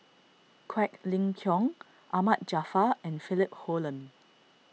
Quek Ling Kiong Ahmad Jaafar and Philip Hoalim